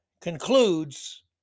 concludes